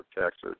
Texas